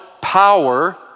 power